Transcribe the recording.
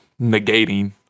negating